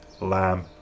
Lamb